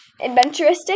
adventuristic